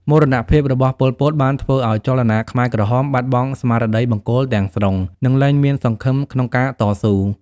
មរណភាពរបស់ប៉ុល ពត បានធ្វើឱ្យចលនាខ្មែរក្រហមបាត់បង់ស្មារតីបង្គោលទាំងស្រុង និងលែងមានសង្ឃឹមក្នុងការតស៊ូ។